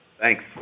Thanks